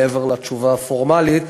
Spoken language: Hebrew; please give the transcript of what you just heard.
מעבר לתשובה הפורמלית,